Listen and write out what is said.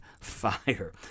fire